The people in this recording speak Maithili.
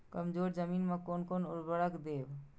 कमजोर जमीन में कोन कोन उर्वरक देब?